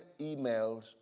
emails